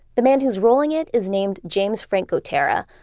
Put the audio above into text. the man who's rolling it is named james frank kotera,